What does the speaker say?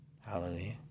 Hallelujah